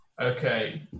Okay